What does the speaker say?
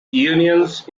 unions